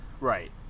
Right